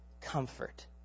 comfort